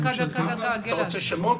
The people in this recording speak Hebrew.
אתה רוצה שמות?